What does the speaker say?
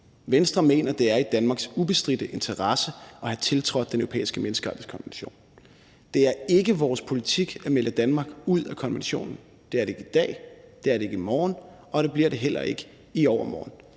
Venstre mener, det er i Danmarks ubestridte interesse at have tiltrådt Den Europæiske Menneskerettighedskonvention. Det er ikke vores politik at melde Danmark ud af konventionen. Det er det ikke i dag, det er det ikke i morgen, og det bliver det heller ikke i overmorgen.